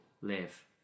live